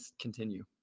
continue